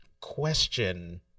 question